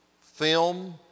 film